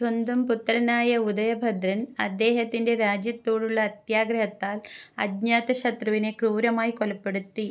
സ്വന്തം പുത്രനായ ഉദയഭദ്രൻ അദ്ദേഹത്തിൻ്റെ രാജ്യത്തോടുള്ള അത്യാഗ്രഹത്താൽ അജ്ഞാതശത്രുവിനെ ക്രൂരമായി കൊലപ്പെടുത്തി